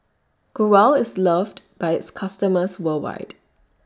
Growell IS loved By its customers worldwide